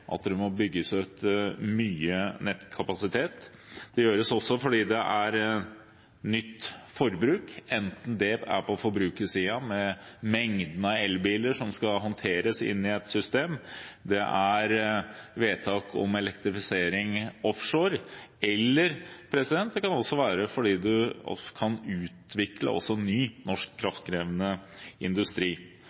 at det må bygges ut mye nettkapasitet. Det gjøres også fordi det er et nytt forbruk, enten det gjelder forbrukersiden med mengden av elbiler som skal håndteres inn i et system, vedtak om elektrifisering offshore, eller å utvikle ny, norsk kraftkrevende industri. Så har vi selvfølgelig vedtakene om utenlandskabler, som vil føre til nye investeringer. Dette skal selvfølgelig også